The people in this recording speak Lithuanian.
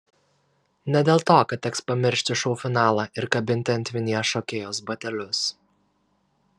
ne dėl to kad teks pamiršti šou finalą ir kabinti ant vinies šokėjos batelius